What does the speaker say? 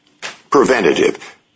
preventative